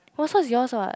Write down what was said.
oh so is yours what